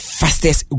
fastest